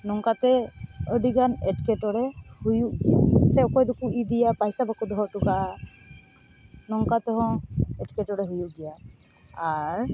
ᱱᱚᱝᱠᱟᱛᱮ ᱟᱹᱰᱤᱜᱟᱱ ᱮᱴᱠᱮᱴᱚᱬᱮ ᱦᱩᱭᱩᱜ ᱜᱮᱭᱟ ᱥᱮ ᱚᱠᱚᱭᱫᱚ ᱠᱚ ᱤᱫᱤᱭᱟ ᱯᱚᱭᱥᱟ ᱵᱟᱠᱚ ᱫᱚᱦᱚ ᱦᱚᱴᱚᱠᱟᱜᱼᱟ ᱱᱚᱝᱠᱟᱛᱮᱦᱚᱸ ᱮᱴᱠᱮᱴᱚᱬᱮ ᱦᱩᱭᱩᱜ ᱜᱮᱭᱟ ᱟᱨ